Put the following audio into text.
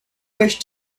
wish